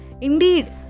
Indeed